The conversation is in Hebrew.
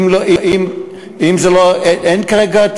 אין כרגע,